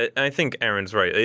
i think aaron's right,